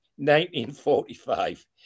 1945